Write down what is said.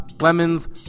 lemons